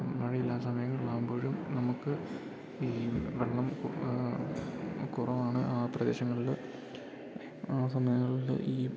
മഴയില്ലാ സമയങ്ങളാവുമ്പോഴും നമുക്ക് ഈ വെള്ളം കുറവാണ് ആ പ്രദേശങ്ങളില് ആ സമയങ്ങളില് ഈ